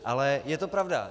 Ale je to pravda.